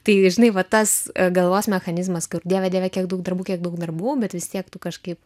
tai žinai va tas galvos mechanizmas kur dieve dieve kiek daug darbų kiek daug darbų bet vis tiek tu kažkaip